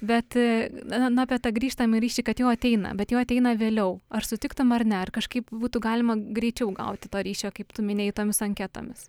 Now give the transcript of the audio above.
bet na apie tą grįžtamąjį ryšį kad jau ateina bet jau ateina vėliau ar sutiktum ar ne ar kažkaip būtų galima greičiau gauti to ryšio kaip tu minėjai tomis anketomis